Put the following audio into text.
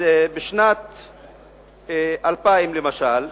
בשנת 2000, למשל,